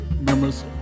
members